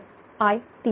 तरi3